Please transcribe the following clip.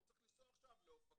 הוא צריך לנסוע עכשיו לאופקים,